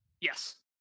yes